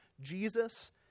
Jesus